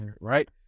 right